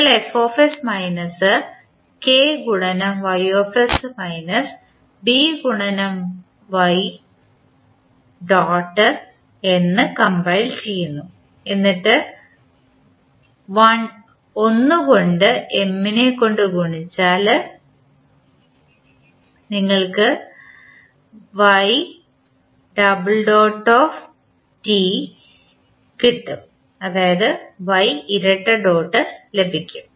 നിങ്ങൾ f minus K ഗുണനം y minus B ഗുണനം എന്ന് കംപൈൽ ചെയ്യുന്നു എന്നിട്ട് 1 കൊണ്ട് M കൊണ്ട് ഗുണിച്ചാൽ നിങ്ങൾക്ക് y ഇരട്ട ഡോട്ട് ലഭിക്കും